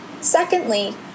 Secondly